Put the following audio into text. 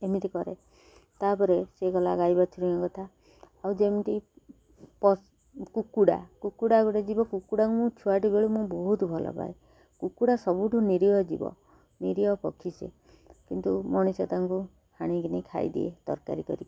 ଏମିତି କରେ ତା'ପରେ ସେ ଗଲା ଗାଈ ବାଛୁରୀଙ୍କ କଥା ଆଉ ଯେମିତି କୁକୁଡ଼ା କୁକୁଡ଼ା ଗୋଟେ ଜୀବ କୁକୁଡ଼ାକୁ ମୁଁ ଛୁଆଟି ବେଳୁ ମୁଁ ବହୁତ ଭଲ ପାଏ କୁକୁଡ଼ା ସବୁଠୁ ନିରିହ ଜୀବ ନିରିହ ପକ୍ଷୀ ସେ କିନ୍ତୁ ମଣିଷ ତାଙ୍କୁ ହାଣିକିନି ଖାଇ ଦିଏ ତରକାରୀ କରିକି